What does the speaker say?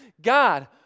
God